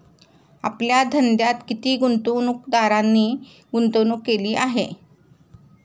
आपल्या धंद्यात किती गुंतवणूकदारांनी गुंतवणूक केली आहे?